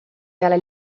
peale